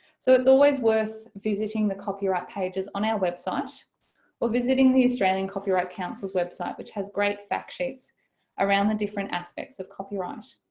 so it's always worth visiting the copyright pages on our web site or visiting the australian copyright council's website which has great fact sheets around the different aspects of copyright.